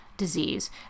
disease